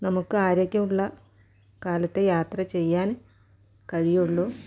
നമുക്ക് ആരോഗ്യമുള്ള കാലത്തേ യാത്ര ചെയ്യാൻ കഴിയുള്ളൂ